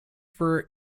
for